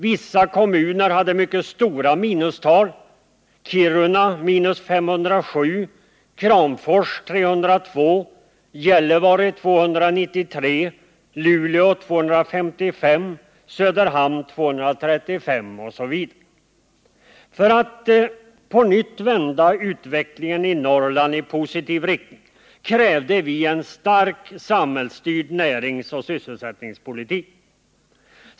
Vissa kommuner hade mycket stora minustal: Kiruna minus 507, Kramfors 302, Gällivare 293, Luleå 255, Söderhamn 235 osv. För att på nytt vända utvecklingen i Norrland i positiv riktning krävde vi en stark, samhällsstyrd näringsoch sysselsättningspolitik.